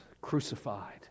crucified